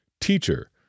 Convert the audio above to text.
Teacher